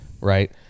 Right